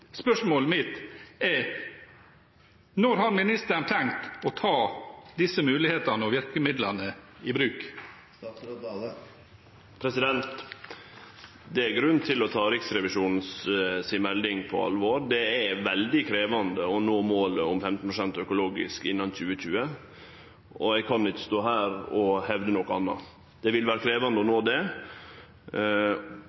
Spørsmålet mitt er: Når har ministeren tenkt å ta disse mulighetene og virkemidlene i bruk? Det er grunn til å ta Riksrevisjonen si melding på alvor. Det er veldig krevjande å nå målet om 15 pst. økologisk innan 2020, og eg kan ikkje stå her og hevde noko anna. Det vil vere krevjande å nå